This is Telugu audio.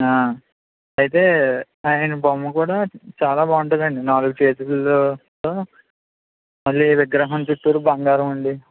ఆ అయితే ఆయన బొమ్మ కూడా చాలా బాగుంటుందండి నాలుగు చేతులతో మళ్ళీ విగ్రహం చుట్టూ బంగారం ఉండి